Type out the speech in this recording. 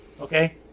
okay